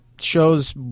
shows